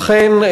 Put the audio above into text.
אכן,